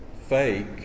fake